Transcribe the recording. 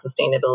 sustainability